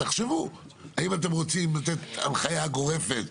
תחשבו אם אתם רוצים לתת הנחיה גורפת,